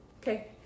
okay